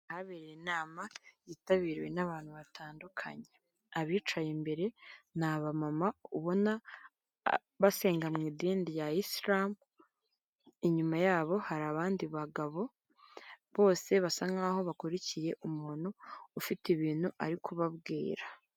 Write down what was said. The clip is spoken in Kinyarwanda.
Ahabereye inama yitabiriwe n'abantu batandukanye, abicaye mbere ni aba mama ubona basenga mu idini rya isilamu, inyuma yabo hari abandi bagabo bose basa nk'aho bakurikiye umuntu ufite ibintu ari kubabwira.